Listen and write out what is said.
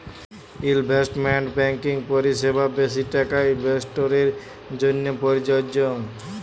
investment banking পরিসেবা বেশি টাকা ইলভেস্টের জ্যনহে পরযজ্য